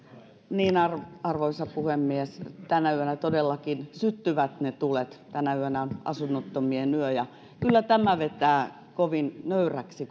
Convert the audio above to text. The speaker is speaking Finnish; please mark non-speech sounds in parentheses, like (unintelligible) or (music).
arvoisa puhemies tänä yönä todellakin syttyvät ne tulet tänä yönä on asunnottomien yö ja kyllä tämä vetää kovin nöyräksi (unintelligible)